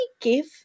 give